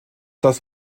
das